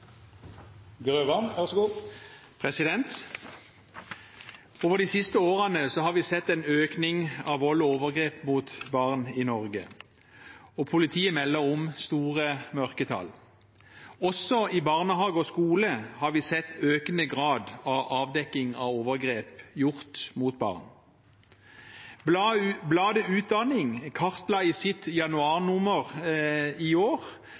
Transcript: Over de siste årene har vi sett en økning av vold og overgrep mot barn i Norge, og politiet melder om store mørketall. Også i barnehage og skole har vi i økende grad sett avdekking av overgrep gjort mot barn. Bladet Utdanning kartla i sitt januarnummer i år